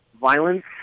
violence